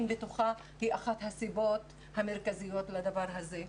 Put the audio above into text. בתוכה היא אחת הסיבות המרכזיות לדבר הזה.